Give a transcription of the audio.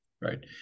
right